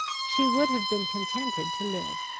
she would have been contented to live.